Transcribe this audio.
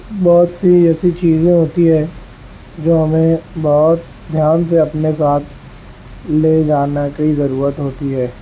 بہت سی ایسی چیزیں ہوتی ہیں جو ہمیں بہت دھیان سے اپنے ساتھ لے جانا کی ضرورت ہوتی ہے